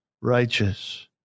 righteous